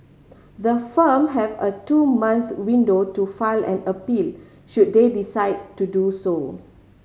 the firm have a two month window to file an appeal should they decide to do so